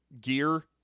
gear